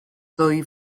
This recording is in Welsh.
ddwy